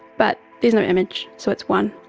but there's no image, so it's one.